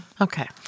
Okay